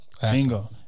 Bingo